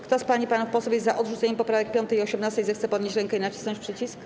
Kto z pań i panów posłów jest za odrzuceniem poprawek 5. i 18., zechce podnieść rękę i nacisnąć przycisk.